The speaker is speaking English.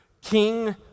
king